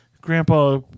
grandpa